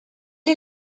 est